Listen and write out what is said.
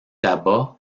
tabac